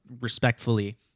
respectfully